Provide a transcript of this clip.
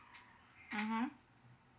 mmhmm